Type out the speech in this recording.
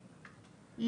בהם,